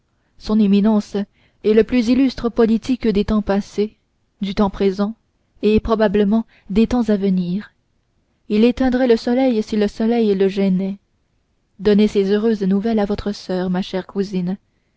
son éminence est le plus illustre politique des temps passés du temps présent et probablement des temps à venir il éteindrait le soleil si le soleil le gênait donnez ces heureuses nouvelles à votre soeur ma chère cousine